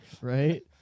Right